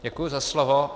Děkuji za slovo.